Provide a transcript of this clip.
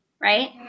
Right